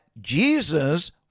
Jesus